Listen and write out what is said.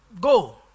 go